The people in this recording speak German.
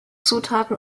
zutaten